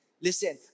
Listen